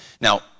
Now